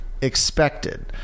expected